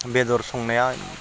बेदर संनाया